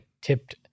tipped